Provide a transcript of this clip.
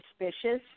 suspicious